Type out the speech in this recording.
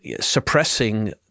suppressing